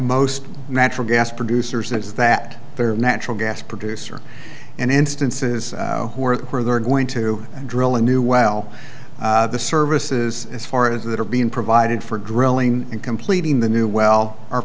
most natural gas producers is that their natural gas producer and instances work where they're going to drill a new well the services as far as that are being provided for drilling and completing the new well are